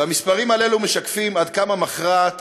המספרים האלה משקפים עד כמה מכרעת